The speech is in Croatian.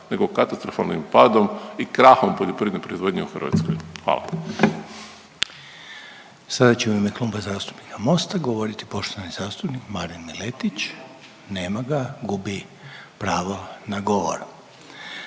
nego katastrofalnim padom i krahom poljoprivredne proizvodnje u Hrvatskoj. Hvala. **Reiner, Željko (HDZ)** Sada će u ime Kluba zastupnika MOST-a govoriti poštovani zastupnik Marin Miletić, nema ga, gubi pravo na govor,